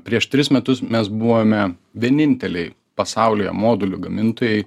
prieš tris metus mes buvome vieninteliai pasaulyje modulių gamintojai